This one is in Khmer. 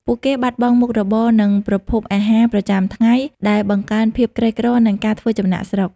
ពួកគេបាត់បង់មុខរបរ និងប្រភពអាហារប្រចាំថ្ងៃ ដែលបង្កើនភាពក្រីក្រ និងការធ្វើចំណាកស្រុក។